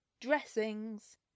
dressings